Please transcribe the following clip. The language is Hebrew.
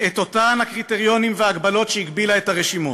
את אותם הקריטריונים וההגבלות שהחילה על הרשימות.